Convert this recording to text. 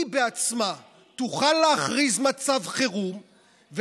היא בעצמה תוכל להכריז מצב חירום,